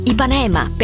Ipanema